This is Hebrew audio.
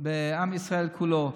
בעם ישראל כולו.